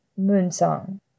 Moonsong